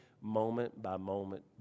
moment-by-moment